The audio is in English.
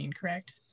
correct